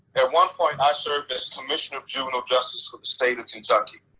at one point i served as commission of juvenile justice for the state of kentucky.